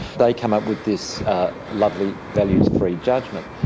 they come up with this lovely values-free judgment.